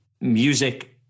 music